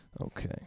Okay